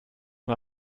mal